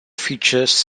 features